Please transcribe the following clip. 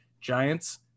Giants